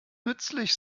nützlich